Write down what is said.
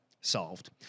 solved